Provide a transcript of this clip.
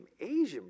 Asian